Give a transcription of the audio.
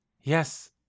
Yes